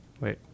Wait